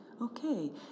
Okay